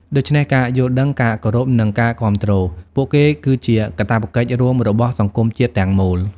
ដូច្នេះ ការយល់ដឹង ការគោរព និងការគាំទ្រ ពួកគេ គឺជា កាតព្វកិច្ចរួមរបស់សង្គមជាតិទាំងមូល។